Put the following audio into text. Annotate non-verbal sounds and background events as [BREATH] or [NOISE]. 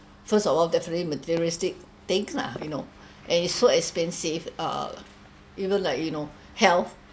first of all definitely materialistic things lah you know [BREATH] and it's so expensive uh even like you know health